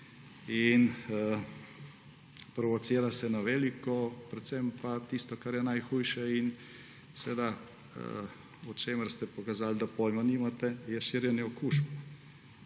Provocira se na veliko. Predvsem pa tisto, kar je najhujše in o čemer ste pokazali, da pojma nimate, je širjenje okužb.